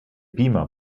beamer